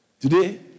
Today